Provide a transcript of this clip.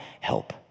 help